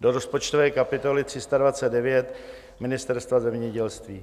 do rozpočtové kapitoly 329 Ministerstvo zemědělství.